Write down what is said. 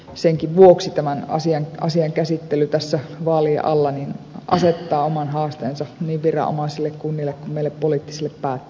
senkin vuoksi tämän asian käsittely tässä vaalien alla asettaa oman haasteensa niin viranomaisille kunnille kuin meille poliittisille päättäjillekin